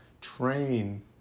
train